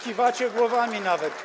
Kiwacie głowami nawet.